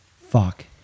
fuck